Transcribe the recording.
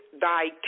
thy